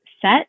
set